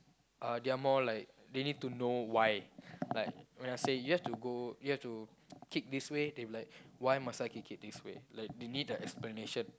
uh they are more like they need to know why like when I say you have to go you have to kick this way they will like why must I kick it this way like they need the explanation